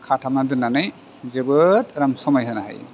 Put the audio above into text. खाथाबनानै दोननानै जोबोर आराम समायहोनो हायो